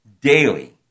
daily